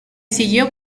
siguió